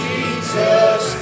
Jesus